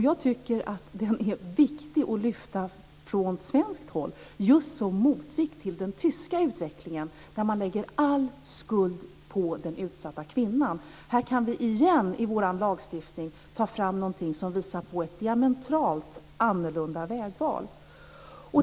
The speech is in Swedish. Jag tycker att det är viktigt att Sverige lyfter den som motvikt till den tyska utvecklingen där man lägger all skuld på den utsatta kvinnan. Här kan vi igen i vår lagstiftning ta fram någonting som visar på ett diametralt annorlunda vägval.